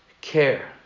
care